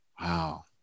Wow